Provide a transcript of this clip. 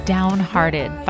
Downhearted